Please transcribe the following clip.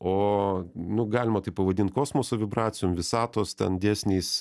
o nu galima tai pavadint kosmoso vibracijom visatos ten dėsniais